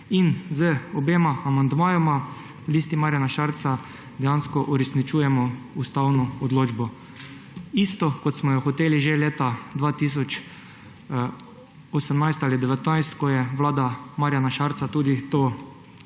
Z obema amandmajema v Listi Marjana Šarca dejansko uresničujemo ustavno odločbo. Isto, kot smo jo hoteli že leta 2018 ali 2019, ko je vlada Marjana Šarca tudi tak